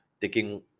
taking